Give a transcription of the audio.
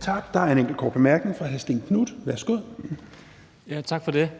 Tak. Der er en enkelt kort bemærkning fra hr. Stén Knuth. Værsgo. Kl. 12:20 Stén Knuth (V): Tak for det.